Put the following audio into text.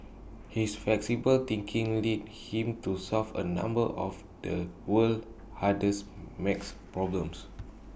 his flexible thinking lead him to solve A number of the world's hardest max problems